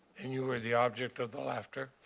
and you were the object of the laughter?